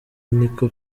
niko